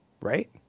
right